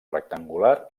rectangular